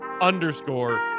underscore